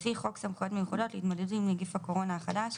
לפי חוק סמכויות מיוחדות להתמודד עם נגיף הקורונה החדש,